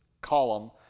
column